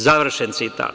Završen citat.